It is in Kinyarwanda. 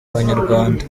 abanyarwanda